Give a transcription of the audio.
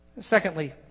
Secondly